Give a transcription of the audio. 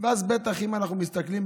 אז בטח אם אנחנו מסתכלים,